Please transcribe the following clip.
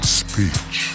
speech